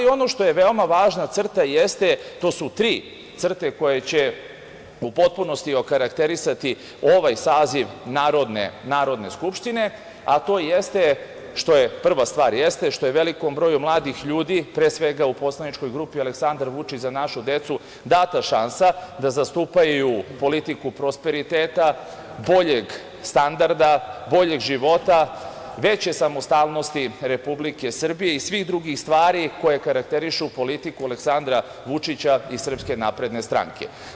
Ono što je veoma važna crta jeste, to su tri crte koje će u potpunosti okarakterisati ovaj saziv Narodne skupštine, a to jeste što je, prva stvar jeste što je velikom broju mladih ljudi, pre svega u poslaničkoj grupi „Aleksandar Vučić – Za našu decu“ data šansa da zastupaju politiku prosperiteta, boljeg standarda, boljeg života, veće samostalnosti Republike Srbije i svih drugih stvari koje karakterišu politiku Aleksandra Vučića i SNS.